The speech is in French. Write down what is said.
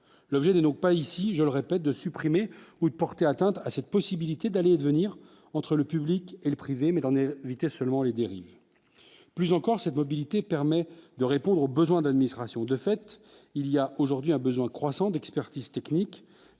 l'objet d'une OPA, ici, je le répète, de supprimer ou de porter atteinte à cette possibilité d'aller et de venir entre le public et le privé, mais j'en ai invité seulement les dérives plus encore cette mobilité permet de répondre aux besoins d'administration, de fait, il y a aujourd'hui un besoin croissant d'expertise technique